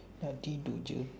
nak tido je